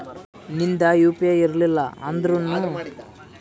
ನಿಂದ್ U P I ಇರ್ಲಿಲ್ಲ ಅಂದುರ್ನು ಬೇರೆ ಅವ್ರದ್ ಯು.ಪಿ.ಐ ಇಂದ ಅಕೌಂಟ್ಗ್ ರೊಕ್ಕಾ ಹಾಕ್ಬೋದು